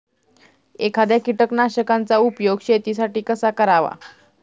एखाद्या कीटकनाशकांचा उपयोग शेतीसाठी कसा करावा?